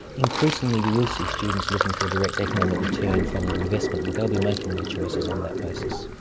increasingly we will see students looking for a direct economic return from their investment, and they'll be making their choices on that basis.